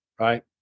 Right